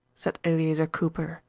said eleazer cooper,